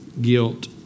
guilt